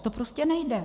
To prostě nejde.